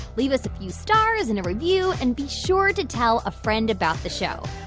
leave us a few stars and a review and be sure to tell a friend about the show.